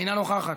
אינה נוכחת.